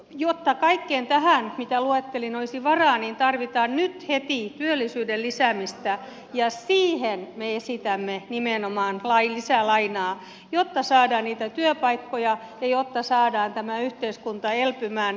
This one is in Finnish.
jotta kaikkeen tähän mitä luettelin olisi varaa tarvitaan nyt heti työllisyyden lisäämistä ja siihen me esitämme nimenomaan lisää lainaa jotta saadaan niitä työpaikkoja ja jotta saadaan tämä yhteiskunta elpymään